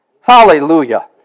Hallelujah